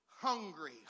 Hungry